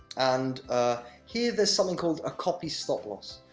and here there's something called a copy stop loss.